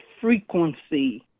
frequency